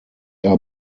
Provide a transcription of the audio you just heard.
are